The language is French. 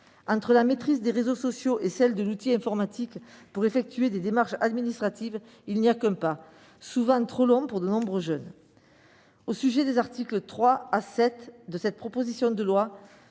Entre la maîtrise des réseaux sociaux et celle de l'outil informatique pour effectuer des démarches administratives, il n'y a qu'un pas, souvent trop grand pour de nombreux jeunes. À propos des articles 3 à 7 de la proposition de loi,